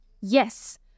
Yes